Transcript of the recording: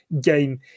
game